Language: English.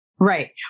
Right